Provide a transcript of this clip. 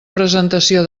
presentació